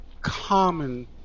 common